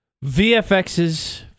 VFX's